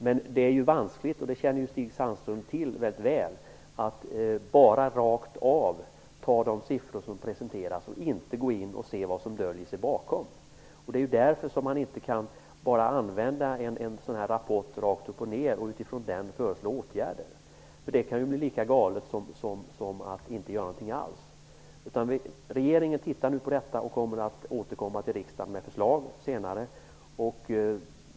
Men det är vanskligt, vilket Stig Sandström mycket väl känner till, att bara rakt av ta de siffror som presenteras och inte gå in och se vad som döljer sig bakom. Det är därför som man inte bara kan använda en sådan rapport rakt upp och ned och utifrån den föreslå åtgärder. Det kan bli lika galet som att inte göra något alls. Regeringen ser nu över detta och kommer att återkomma till riksdagen med förslag senare.